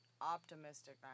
optimistic